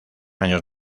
años